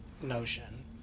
notion